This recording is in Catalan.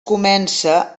comença